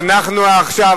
ואנחנו עכשיו,